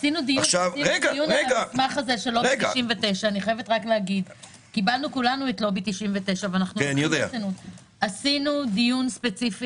עשינו דיון על המסמך של לובי 99. קיבלנו כולנו את לובי 99. קיבלנו מענים,